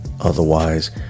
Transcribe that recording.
otherwise